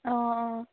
অঁ অঁ